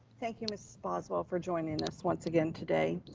thank you, ms. boswell for joining us once again today,